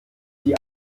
die